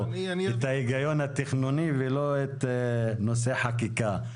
את ההיגיון התכנוני ולא את נושא החקיקה.